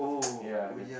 ya the